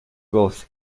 wealth